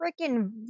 freaking